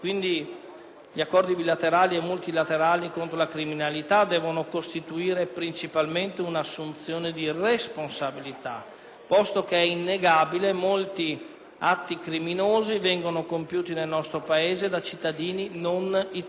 Gli accordi bilaterali e multilaterali contro la criminalità devono costituire principalmente un'assunzione di responsabilità, posto che è innegabile che molti atti criminosi vengono compiuti nel nostro Paese da cittadini non italiani,